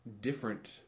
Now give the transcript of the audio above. different